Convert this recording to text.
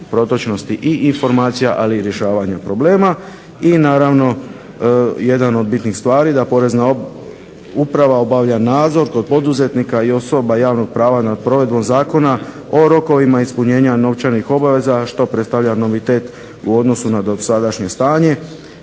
protočnosti i informacija, ali i rješavanja problema. I naravno, jedna od bitnih stvari, da Porezna uprava obavlja nadzor kod poduzetnika i osoba javnog prava nad provedbom zakona o rokovima ispunjenja novčanih obveza što predstavlja novitet u odnosu na dosadašnje stanje.